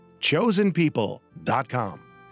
ChosenPeople.com